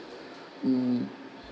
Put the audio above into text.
mm